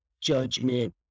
judgment